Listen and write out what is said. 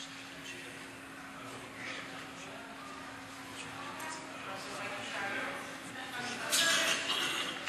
אדוני.